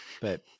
but-